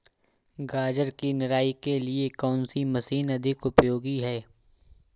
गाजर की निराई के लिए कौन सी मशीन अधिक उपयोगी है?